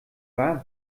war